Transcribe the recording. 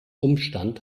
umstand